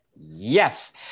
Yes